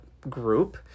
group